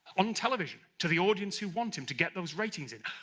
on television, to the audience who want him, to get those ratings in.